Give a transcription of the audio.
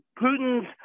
Putin's